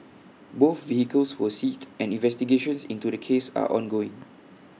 both vehicles were seized and investigations into this case are ongoing